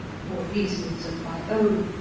for reasons of my own,